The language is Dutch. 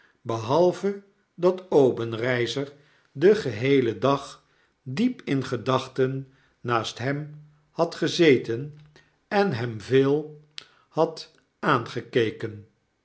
behalve dat obenreizer den geheelen dag diep in gedachten naast hem had gezeten en hem veel had aangekeken